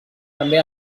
també